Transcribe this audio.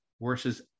versus